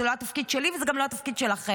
זה לא התפקיד שלי וזה גם לא התפקיד שלכם.